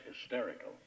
hysterical